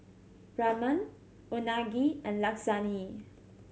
Ramen Unagi and Lasagne